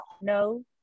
no